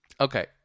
okay